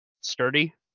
sturdy